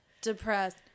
depressed